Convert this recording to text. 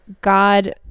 God